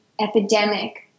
epidemic